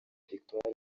victoire